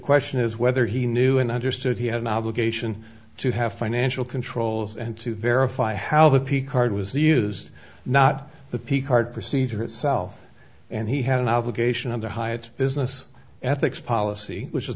question is whether he knew and understood he had an obligation to have financial controls and to verify how the p card was used not the p card procedure itself and he had an obligation of the hyatt business ethics policy which